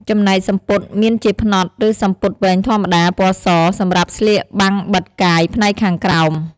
ក្រមាឬកន្សែងជួនកាលដូនជីក៏ប្រើក្រមា ឬកន្សែងពណ៌សសម្រាប់បង់កផងដែរ។